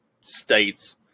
states